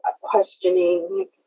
questioning